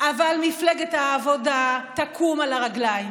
אבל מפלגת העבודה תקום על הרגליים,